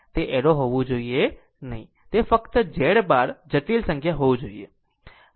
તે એરો ન હોવું જોઈએ તે ફક્ત Z બાર જટિલ સંખ્યા હોવું જોઈએ